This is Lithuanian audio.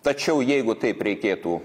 tačiau jeigu taip reikėtų